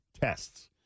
tests